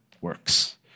works